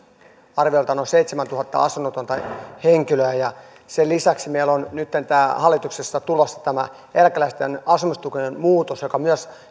arviolta noin seitsemäntuhatta asunnotonta henkilöä ja sen lisäksi meillä on nytten hallituksessa tulossa eläkeläisten asumistukeen tämä muutos joka myös